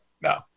No